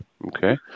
Okay